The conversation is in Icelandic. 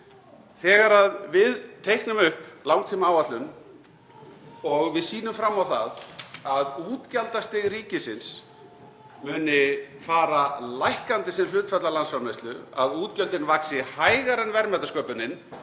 Þegar við teiknum upp langtímaáætlun og við sýnum fram á það að útgjaldastig ríkisins muni fara lækkandi sem hlutfall af landsframleiðslu, að útgjöldin vaxi hægar en verðmætasköpunin,